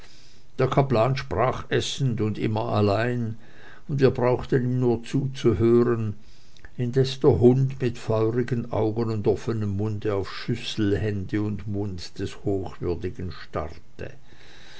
der kaplan sprach essend und immer allein und wir brauchten ihm nur zuzuhören indes der hund mit feurigen augen und offenem manne auf schüssel hände und mund des hochwürdigen starrte